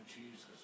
Jesus